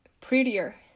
prettier